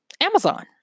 Amazon